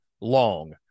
long